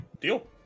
Deal